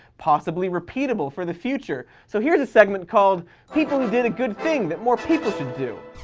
possibly repeatable for the future. so here's a segment called people who did a good thing that more people should do.